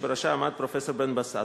שבראשה עמד פרופסור בן-בסט.